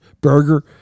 Burger